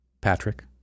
patrick